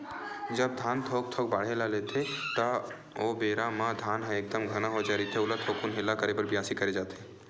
जब धान थोक थोक बाड़हे बर लेथे ता ओ बेरा म धान ह एकदम घना हो जाय रहिथे ओला थोकुन हेला करे बर बियासी करे जाथे